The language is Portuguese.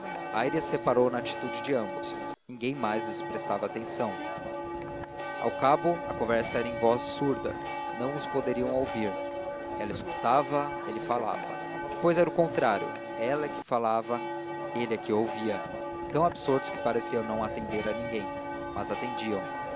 aires reparou na atitude de ambos ninguém mais lhes prestava atenção ao cabo a conversa era em voz surda não os poderiam ouvir ela escutava ele falava depois era o contrário ela é que falava ele é que ouvia tão absortos que pareciam não atender a ninguém mas atendiam